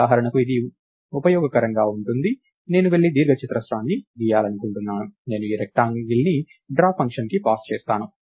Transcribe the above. ఉదాహరణకు ఇది ఉపయోగకరంగా ఉంటుంది నేను వెళ్లి దీర్ఘచతురస్రాన్ని గీయాలనుకుంటున్నాను నేను ఈ రెక్టాంగిల్ ని డ్రా ఫంక్షన్కు పాస్ చేస్తాను